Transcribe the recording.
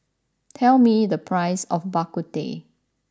tell me the price of Bak Kut Teh